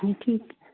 ਹਾਂ ਠੀਕ